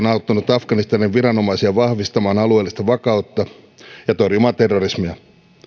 afganistanin viranomaisia vahvistamaan alueellista vakautta ja torjumaan terrorismia